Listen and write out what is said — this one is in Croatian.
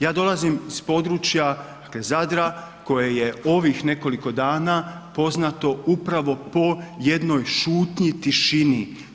Ja dolazim s područja Zadra koje je ovih nekoliko dana poznato upravo po jednoj šutnji, tišini.